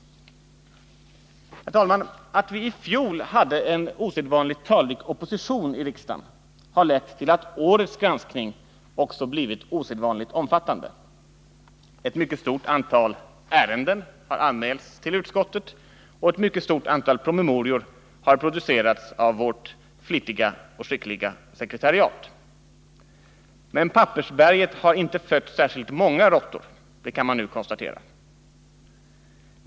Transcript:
Herr talman! Att vi i fjol hade en osedvanligt talrik opposition i riksdagen har lett till att årets granskning också blivit osedvanligt omfattande. Ett mycket stort antal ärenden har anmälts till utskottet, och ett mycket stort antal promemorior har producerats av vårt flitiga och skickliga sekretariat. Men pappersberget har inte fött särskilt många råttor, det kan man nu konstatera.